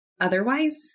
otherwise